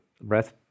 Breath